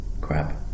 Crap